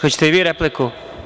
Hoćete li i vi repliku?